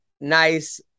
nice